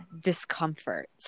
discomfort